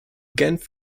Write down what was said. genf